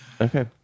Okay